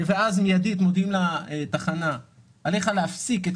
ואז מודיעים לתחנה מיידית: עליך להפסיק את